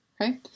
okay